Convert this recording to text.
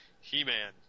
He-Man